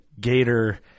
gator